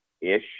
ish